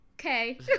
Okay